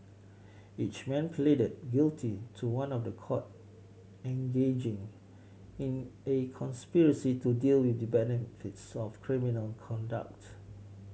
each man pleaded guilty to one of the count engaging in a conspiracy to deal with the benefits of criminal conduct